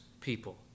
people